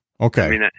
okay